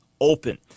open